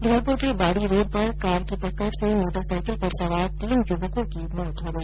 धौलपुर के बाड़ी रोड पर कार की टक्कर से मोटरसाईकिल पर सवार तीन युवकों की मौत हो गई